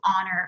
honor